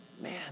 man